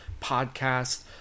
podcast